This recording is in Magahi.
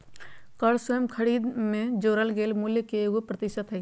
कर स्वयं खरीद में जोड़ल गेल मूल्य के एगो प्रतिशत हइ